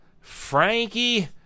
Frankie